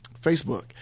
facebook